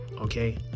Okay